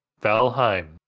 Valheim